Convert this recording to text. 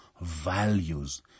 values